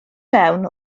mewn